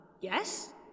yes